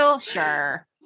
Sure